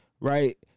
right